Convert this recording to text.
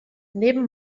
neben